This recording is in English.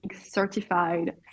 certified